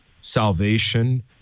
salvation